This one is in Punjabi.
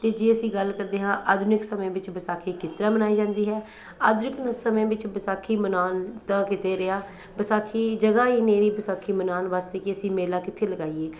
ਅਤੇ ਜੇ ਅਸੀਂ ਗੱਲ ਕਰਦੇ ਹਾਂ ਆਧੁਨਿਕ ਸਮੇਂ ਵਿੱਚ ਵਿਸਾਖੀ ਕਿਸ ਤਰ੍ਹਾਂ ਮਨਾਈ ਜਾਂਦੀ ਹੈ ਆਧੁਨਿਕ ਨ ਸਮੇਂ ਵਿੱਚ ਵਿਸਾਖੀ ਮਨਾਉਣ ਦਾ ਕਿਤੇ ਰਿਹਾ ਵਿਸਾਖੀ ਜਗ੍ਹਾ ਹੀ ਨਹੀਂ ਰਹੀ ਵਿਸਾਖੀ ਮਨਾਉਣ ਵਾਸਤੇ ਕਿ ਅਸੀਂ ਮੇਲਾ ਕਿੱਥੇ ਲਗਾਈਏ